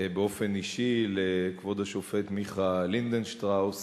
באופן אישי לכבוד השופט מיכה לינדנשטראוס